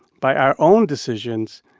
by our own decisions,